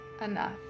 enough